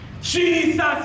Jesus